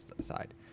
side